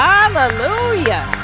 Hallelujah